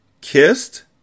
Kissed